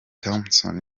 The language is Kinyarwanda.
thompson